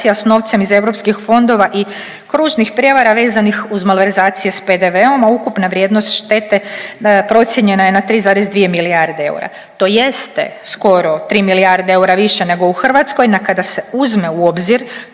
s novcem iz europskih fondova i kružnih prijevara vezanih uz malverzacije s PDV-om, a ukupna vrijednost štete procijenjena je na 3,2 milijarde eura. To jeste skoro 3 milijarde eura više nego u Hrvatskoj no kada se uzme u obzir